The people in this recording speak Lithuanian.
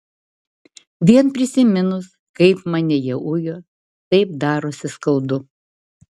vien prisiminus kaip mane jie ujo taip darosi skaudu